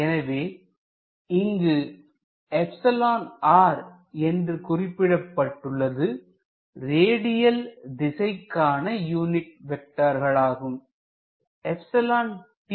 எனவே இங்கு என்று குறிப்பிடப்பட்டுள்ளது ரேடியல் திசைக்கான யூனிட் வெக்டர்களாகும்